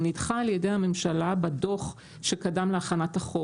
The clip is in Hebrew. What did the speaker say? הוא נדחה על ידי הממשלה בדו"ח שקדם להכנת החוק.